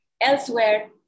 elsewhere